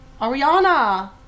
Ariana